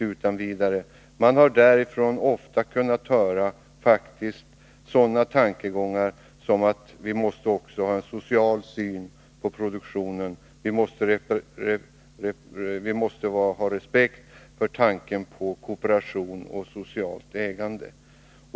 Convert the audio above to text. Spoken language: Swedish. På centerpartihåll har man faktiskt ofta framfört tanken att vi också måste ha en social syn på produktionen, ha respekt för kooperation och socialt ägande.